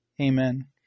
Amen